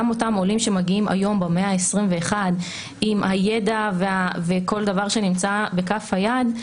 גם אותם עולים שמגיעים היום במאה ה-21 עם הידע וכל דבר שנמצא בכף היד,